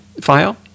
file